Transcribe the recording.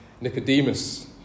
Nicodemus